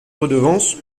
redevance